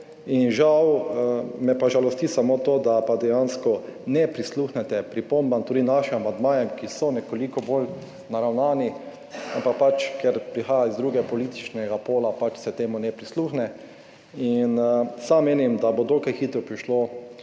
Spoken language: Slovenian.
ni tako. Me pa žalosti samo to, da pa dejansko ne prisluhnete pripombam, tudi našim amandmajem, ki so nekoliko bolj naravnani, ampak ker prihaja iz drugega političnega pola, se temu pač ne prisluhne. In sam menim, da bo dokaj hitro prišlo